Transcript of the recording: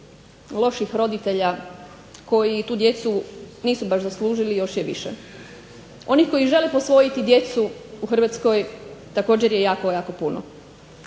Loših roditelja koji tu djecu nisu baš zaslužili još je više, onih koji žele posvojiti djecu u Hrvatskoj je također jako jako puno.